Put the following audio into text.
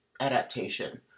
adaptation